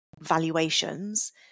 valuations